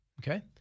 okay